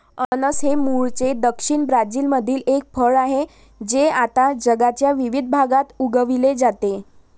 अननस हे मूळचे दक्षिण ब्राझीलमधील एक फळ आहे जे आता जगाच्या विविध भागात उगविले जाते